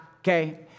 Okay